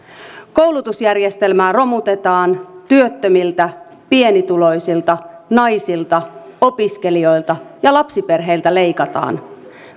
koulutusjärjestelmää romutetaan työttömiltä pienituloisilta naisilta opiskelijoilta ja lapsiperheiltä leikataan